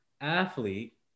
athlete